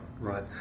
Right